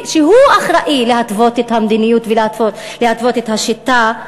שהוא אחראי להתוות את המדיניות ולהתוות את השיטה,